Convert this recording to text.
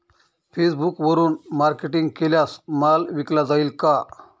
फेसबुकवरुन मार्केटिंग केल्यास माल विकला जाईल का?